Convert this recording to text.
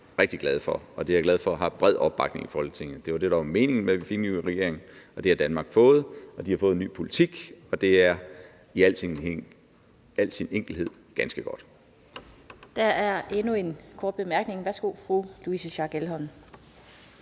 rigtig glade for, og jeg er glad for, at det har bred opbakning i Folketinget. Det var det, der var meningen med, at vi fik en ny regering, og det har Danmark fået, og de har fået en ny politik, og det er i al sin enkelhed ganske godt. Kl. 13:19 Den fg. formand (Annette Lind): Der er endnu en kort bemærkning. Værsgo, fru Louise Schack Elholm.